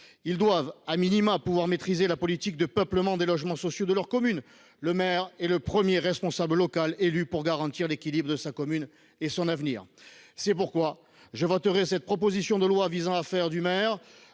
ils doivent pouvoir maîtriser la politique de peuplement des logements sociaux de leur commune, car le maire est le premier responsable local élu pour garantir l’équilibre de sa commune et son avenir. C’est pourquoi je voterai cette proposition de loi visant à faire du maire